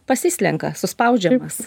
pasislenka suspaudžiamas